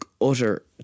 utter